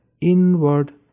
inward